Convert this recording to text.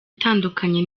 itandukanye